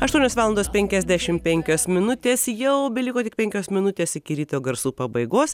aštuonios valandos penkiasdešimt penkios minutės jau beliko tik penkios minutės iki ryto garsų pabaigos